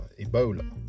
ebola